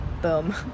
Boom